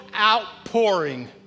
outpouring